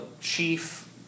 chief